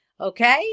Okay